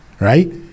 right